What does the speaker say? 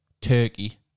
Turkey